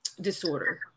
disorder